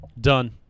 done